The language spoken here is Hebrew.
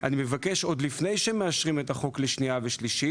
אני מבקש שעוד לפני שמאשרים את החוק לקריאה שנייה ושלישית